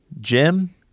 Jim